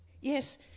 Yes